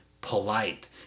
Polite